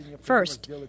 First